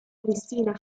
cristina